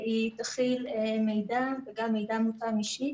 היא תכיל מידע וגם מידע מותאם אישית